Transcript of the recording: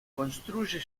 construye